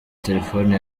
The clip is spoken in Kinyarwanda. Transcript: telefone